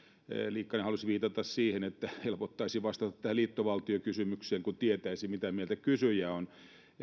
liikanen halusi viitata siihen että helpottaisi vastata tähän liittovaltiokysymykseen kun tietäisi mitä mieltä kysyjä on